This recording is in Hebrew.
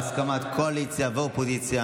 בהסכמת הקואליציה והאופוזיציה,